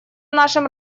нашем